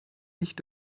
nicht